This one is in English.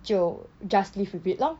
就 just live with it lor